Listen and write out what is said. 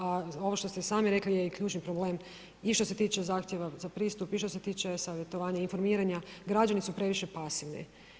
A ovo što ste sami rekli je i ključni problem i što se tiče zahtjeva za pristup i što se tiče savjetovanja, informiranja, građani su previše pasivni.